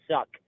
suck